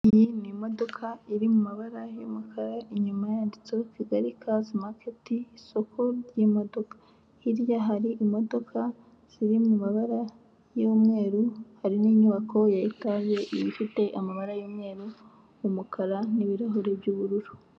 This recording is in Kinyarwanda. Iyi ni imodoka iri mu mabara y'umukara inyuma yanditseho kigali cars market, isoko ry'imodoka, hirya hari imodoka ziri mu mabara y'umweru, hari n'inyubako ya etage ifite amabara y'umweru, umukara n'ibirahuri by'ubururu.